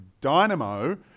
dynamo